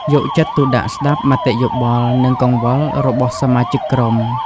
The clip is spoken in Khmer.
យកចិត្តទុកដាក់ស្តាប់មតិយោបល់ និងកង្វល់របស់សមាជិកក្រុម។